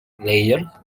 layer